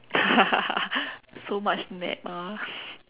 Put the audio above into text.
so much mad us